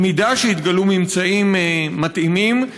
במידה שיתגלו ממצאים מתאימים,